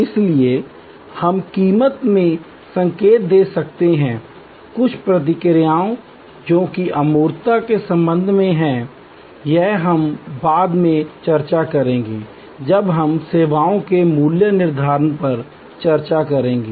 इसलिए हम कीमत में संकेत दे सकते हैं कुछ प्रतिक्रियाएँ जो कि अमूर्तता के संबंध में हैं यह हम बाद में चर्चा करेंगे जब हम सेवाओं के मूल्य निर्धारण पर चर्चा करेंगे